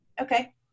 Okay